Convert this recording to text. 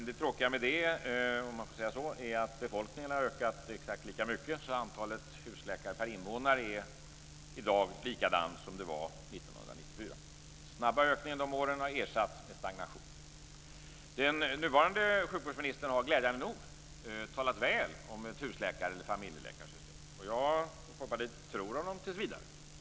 Det tråkiga är att befolkningen har ökat exakt lika mycket, så antalet husläkare per invånare är i dag likadant som det var 1994. Den snabba ökningen de åren har ersatts med stagnation. Den nuvarande sjukvårdsministern har glädjande nog talat väl om ett husläkar eller familjeläkarsystem. Jag och Folkpartiet tror honom tills vidare.